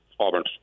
auburn